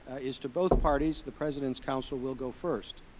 ah is to both parties the president's council will go first